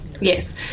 Yes